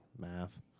math